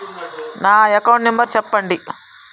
నా account number చెప్పండి?